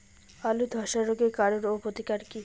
আলুর ধসা রোগের কারণ ও প্রতিকার কি?